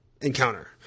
encounter